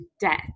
debt